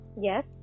Yes